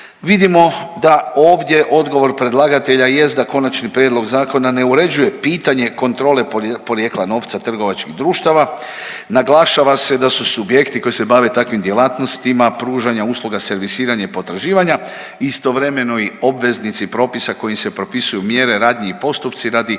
Vidimo da ovdje odgovor predlagatelja jest da konačni prijedlog zakona ne uređuje pitanje kontrole porijekla novca trgovačkih društava, naglašava se da su subjekti koji se bave takvim djelatnostima pružanja usluga servisiranja i potraživanja istovremeno i obveznici propisa kojim se propisuju mjere, radnje i postupci radi